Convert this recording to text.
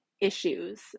issues